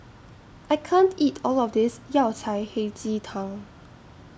I can't eat All of This Yao Cai Hei Ji Tang